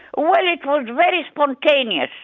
well, it was very spontaneous.